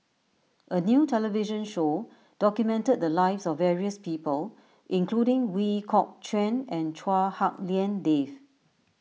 a new television show documented the lives of various people including Kok Chuen and Chua Hak Lien Dave